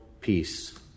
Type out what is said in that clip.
peace